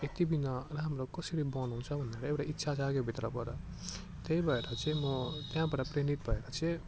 यति बिना राम्रो कसरी बनाउँछ भनेर एउटा इच्छा जाग्यो भित्रबाट त्यही भएर चाहिँ म त्यहाँबाट प्रेरित भएर चाहिँ